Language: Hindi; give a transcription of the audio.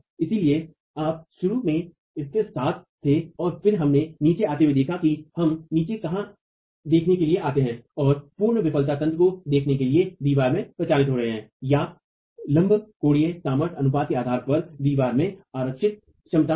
इसलिए आप शुरू में इसके साथ थे और फिर हमने नीचे आते हुए देखा कि हम नीचे कहाँ देखने के लिए आते हैं और पूर्ण विफलता तंत्र को देखने के लिए दीवार में प्रचारित हो रहे हैं या ऑर्थोगोनललंब कोणीय सामर्थ्य अनुपात के आधार पर दीवार में आरक्षित क्षमता है